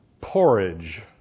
porridge